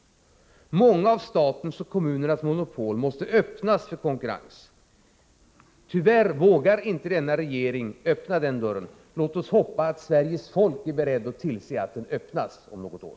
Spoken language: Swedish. Många av statens och kommunernas monopol måste så att säga öppnas för konkurrens. Tyvärr vågar inte denna regering öppna den dörren. Låt oss hoppas att Sveriges folk är berett att tillse att den öppnas om något år!